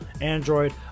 android